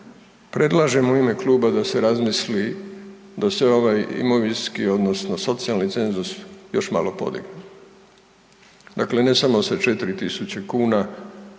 predlažem u ime kluba da se razmisli da sav ovaj imovinski odnosno socijalni cenzus još malo podigne. Dakle ne samo sa 4000 kn